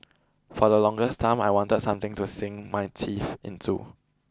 for the longest time I wanted something to sink my teeth into